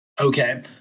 Okay